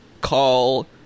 call